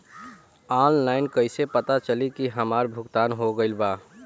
Online कईसे पता चली की हमार भुगतान हो गईल बा?